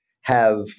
have-